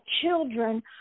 children